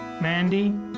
Mandy